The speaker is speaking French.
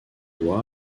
loi